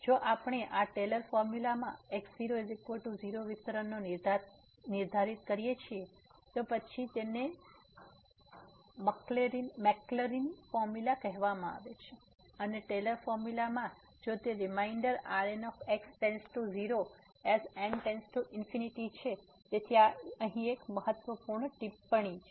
તેથી જો આપણે આ ટેલર ફોર્મુલા માં x00 વિસ્તરણનો નિર્ધારિત કરીએ છીએ તો પછી તેને મેક્લરિનMaclaurin's ફોર્મુલા કહેવામાં આવે છે અને ટેલર ફોર્મુલા માં જો તે રિમાઇન્ડર Rn→0 as n →∞ છે તેથી આ અહીં એક મહત્વપૂર્ણ ટિપ્પણી છે